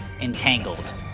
Entangled